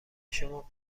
شما